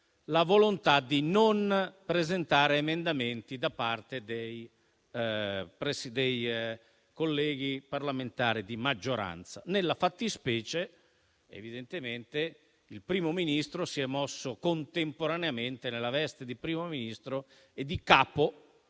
la volontà di non presentare emendamenti da parte dei colleghi parlamentari di maggioranza. Nella fattispecie, evidentemente, il Presidente del Consiglio si è mosso contemporaneamente nella veste di Primo Ministro e di capo